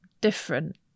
different